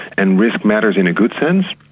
and risk matters in a good sense,